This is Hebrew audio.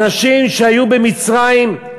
אנשים שהיו במצרים,